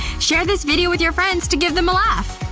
share this video with your friends to give them a laugh!